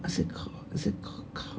is it k~ is it k~